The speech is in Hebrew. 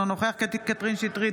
אינו נוכח קטי קטרין שטרית,